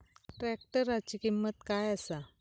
ट्रॅक्टराची किंमत काय आसा?